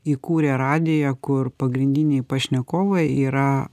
įkūrė radiją kur pagrindiniai pašnekovai yra